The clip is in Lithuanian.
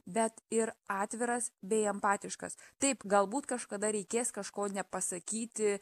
bet ir atviras bei empatiškas taip galbūt kažkada reikės kažko nepasakyti